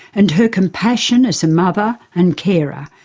and her compassion as a mother and carer,